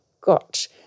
got